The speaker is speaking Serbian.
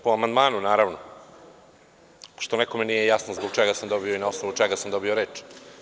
Po amandmanu, naravno, što nekome nije jasno zbog čega sam dobio i na osnovu čega sam dobio reč.